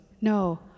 no